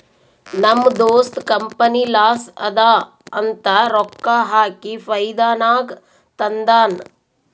ನಮ್ ದೋಸ್ತ company loss ಅದಾ ಅಂತ ರೊಕ್ಕಾ ಹಾಕಿ ಫೈದಾ ನಾಗ್ ತಂದಾನ್